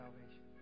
Salvation